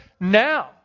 now